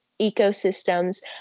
ecosystems